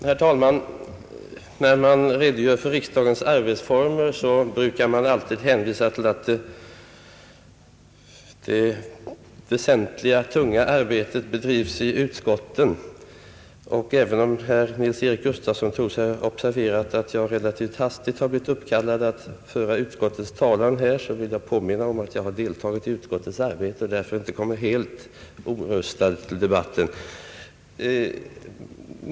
Herr talman! När man redogör för riksdagens arbetsformer brukar man ju säga att det väsentliga, tunga arbetet görs i utskotten, och även om herr Nils Eric Gustafsson tror sig ha observerat att jag relativt hastigt blivit kallad att föra utskottets talan i detta ärende vill jag framhålla, att jag har deltagit i utskottets arbete och därför inte kommer helt orustad till debatten.